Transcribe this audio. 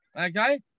Okay